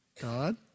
God